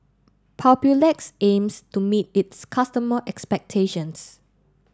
Papulex aims to meet its customers' expectations